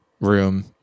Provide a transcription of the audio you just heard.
room